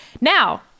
Now